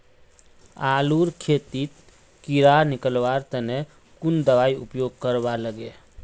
आलूर खेतीत कीड़ा निकलवार तने कुन दबाई उपयोग करवा लगे?